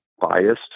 biased